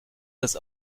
das